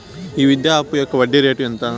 ఈ విద్యా అప్పు యొక్క వడ్డీ రేటు ఎంత?